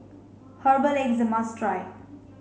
herbal egg is a must try